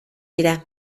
dira